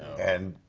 and,